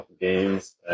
games